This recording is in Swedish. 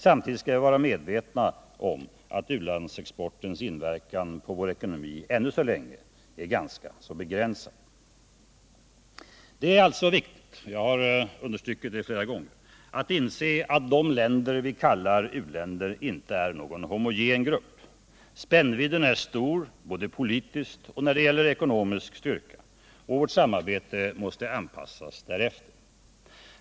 Samtidigt skall vi vara medvetna om att u-landsexportens inverkan på vår ekonomi ännu så länge är ganska begränsad. Det är alltså viktigt — jag har understrukit det flera gånger — att inse att de länder vi kallar u-länder inte är någon homogen grupp. Spännvidden är stor både politiskt och när det gäller ekonomisk styrka. Vårt samarbete måste anpassas därefter.